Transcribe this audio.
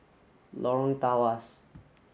Lorong Tawas